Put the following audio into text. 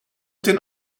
den